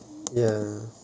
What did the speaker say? ya